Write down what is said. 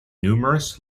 numerous